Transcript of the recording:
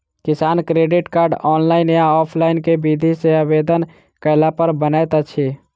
किसान credit card, online या offline केँ विधि सँ आवेदन कैला पर बनैत अछि?